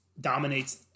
dominates